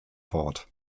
fort